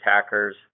attacker's